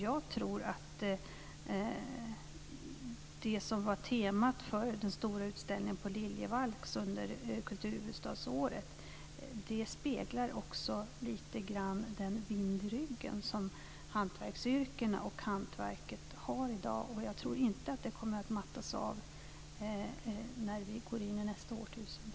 Jag tror att temat för den stora utställningen på Liljevalchs under kulturhuvudstadsåret också lite grann speglar den vind i ryggen som hantverksyrkena och hantverket har i dag. Jag tror inte att det kommer att mattas av när vi går in i nästa årtusende.